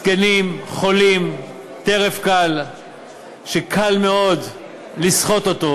זקנים, חולים, טרף קל שקל מאוד לסחוט אותו